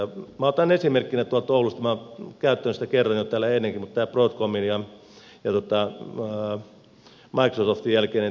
minä otan esimerkkinä tuolta oulusta minä olen käyttänyt sitä kerran jo täällä ennenkin tämän broadcomin ja microsoftin jälkeisen tilanteen